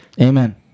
Amen